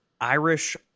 Irish